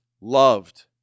loved